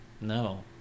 No